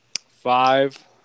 Five